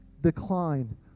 decline